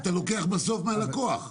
אתה לוקח בסוף מהלקוח.